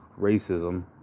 racism